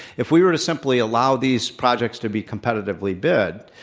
f we were to simply allow these projects to be competitively bid,